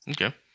Okay